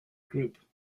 group